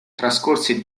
trascorse